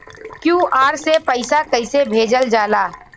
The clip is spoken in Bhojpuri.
क्यू.आर से पैसा कैसे भेजल जाला?